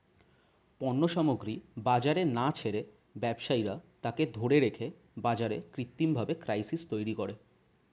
পণ্য সামগ্রী বাজারে না ছেড়ে ব্যবসায়ীরা তাকে ধরে রেখে বাজারে কৃত্রিমভাবে ক্রাইসিস তৈরী করে